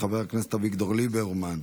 חבר הכנסת אביגדור ליברמן,